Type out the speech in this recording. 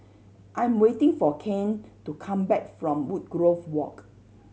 I'm waiting for Kane to come back from Woodgrove Walk